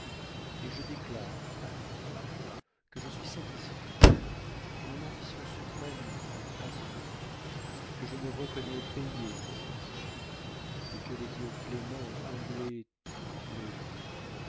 et je déclare amis que je suis satisfait que mon ambition suprême est assouvie que je me reconnais payé dans cette vie et que les dieux cléments ont comblé tous mes veux